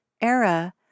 era